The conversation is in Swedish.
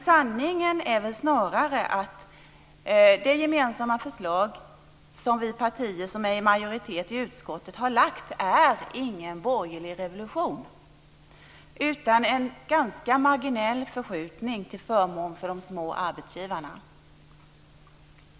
Sanningen är snarare den att det gemensamma förslag som vi som är i majoritet i utskottet har lagt fram inte innebär någon borgerlig revolution utan en ganska marginell förskjutning till förmån för de små arbetsgivarna.